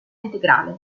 integrale